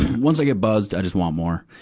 once i get buzzed, i just want more.